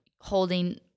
holding